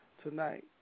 tonight